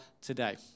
today